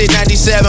97